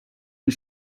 was